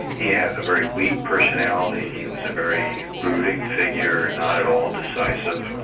he had a very weak personality, he was a very brooding figure, not at all decisive,